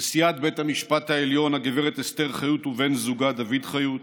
נשיאת בית המשפט העליון הגב' אסתר חיות ובן זוגה דוד חיות,